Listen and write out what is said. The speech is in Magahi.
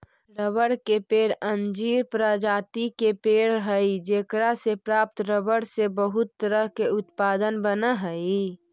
रबड़ के पेड़ अंजीर प्रजाति के पेड़ हइ जेकरा से प्राप्त रबर से बहुत तरह के उत्पाद बनऽ हइ